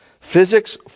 Physics